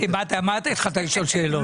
תגיד לי, מה התחלת לשאול שאלות?